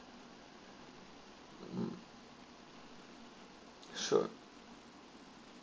sure